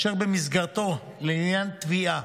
אשר במסגרתו, לעניין תביעה